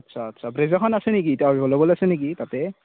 আচ্ছা আচ্ছা ব্ৰেজাৰখন আছে নেকি ইতা এভেলেবল আছে নেকি তাতে